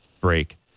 break